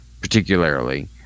particularly